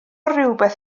rywbeth